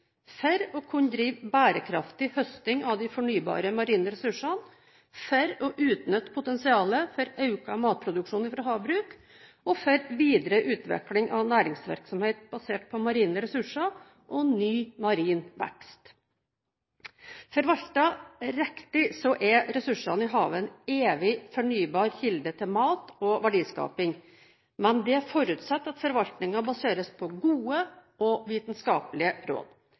for å kunne drive bærekraftig høsting av de fornybare marine ressursene, for å utnytte potensialet for økt matproduksjon fra havbruk og for å videreutvikle næringsvirksomhet basert på marine ressurser og ny marin vekst. Forvaltet riktig er ressursene i havet en evig fornybar kilde til mat og verdiskaping. Men det forutsetter at forvaltningen baseres på gode og vitenskapelige råd.